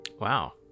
Wow